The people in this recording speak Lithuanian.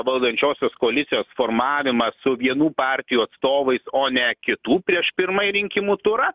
valdančiosios koalicijos formavimą su vienų partijų atstovais o ne kitų prieš pirmąjį rinkimų turą